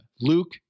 Luke